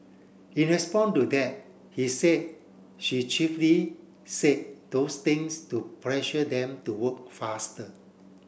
in respond to that he said she chiefly said those things to pressure them to work faster